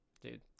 dude